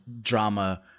drama